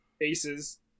aces